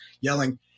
yelling